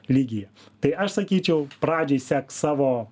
lygyje tai aš sakyčiau pradžiai sek savo